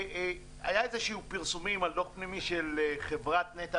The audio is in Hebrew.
היו פרסומים על דוח פנימי של חברת נת"ע,